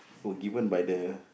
were given by the